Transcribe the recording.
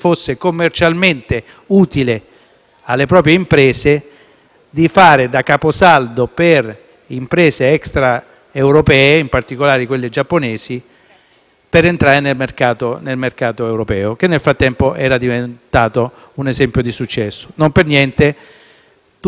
alle proprie imprese fare da caposaldo per imprese extraeuropee, in particolare quelle giapponesi, per farle entrare nel mercato europeo, che, nel frattempo, era diventato un esempio di successo. Non per niente, tutte le fabbriche giapponesi